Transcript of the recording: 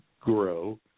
grow